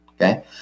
okay